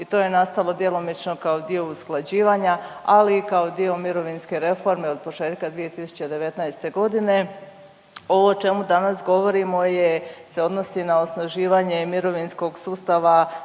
i to je nastalo djelomično kao usklađivanja, ali i kao dio mirovinske reforme od početka 2019.g.. Ovo o čemu dana govorimo je se odnosi na osnaživanje mirovinskog sustava